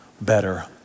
better